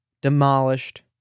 Demolished